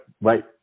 right